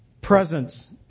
presence